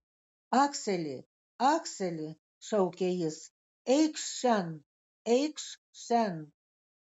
akseli akseli šaukė jis eikš šen eikš šen